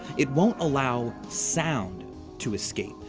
it won't allow sound to escape.